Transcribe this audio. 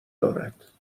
دارد